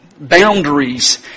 Boundaries